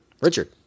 Richard